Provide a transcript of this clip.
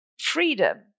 freedom